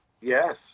Yes